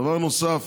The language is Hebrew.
דבר נוסף